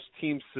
teams